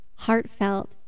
Heartfelt